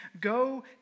Go